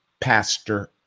Pastor